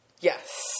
Yes